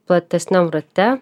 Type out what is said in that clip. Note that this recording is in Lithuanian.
platesniam rate